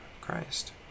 Christ